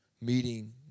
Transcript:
Meeting